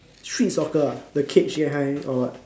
street soccer ah the cage that kind or what